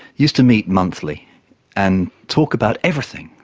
used to meet monthly and talk about everything.